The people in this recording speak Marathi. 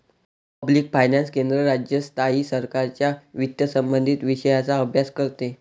पब्लिक फायनान्स केंद्र, राज्य, स्थायी सरकारांच्या वित्तसंबंधित विषयांचा अभ्यास करते